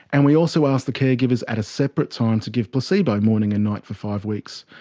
and we also asked the caregivers at a separate time to give placebo morning and night for five weeks.